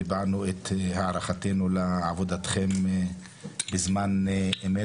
והבענו את הערכתנו לעבודתכם בזמן אמת